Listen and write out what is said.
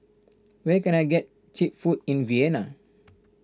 where can I get Cheap Food in Vienna